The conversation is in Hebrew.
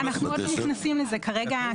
אנחנו לא נכנסים לזה כרגע.